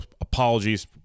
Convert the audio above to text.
apologies